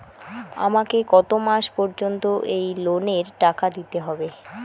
আমাকে কত মাস পর্যন্ত এই লোনের টাকা দিতে হবে?